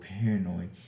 paranoid